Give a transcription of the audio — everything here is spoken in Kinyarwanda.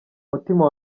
mutima